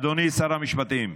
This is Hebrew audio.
אדוני שר המשפטים,